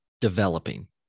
developing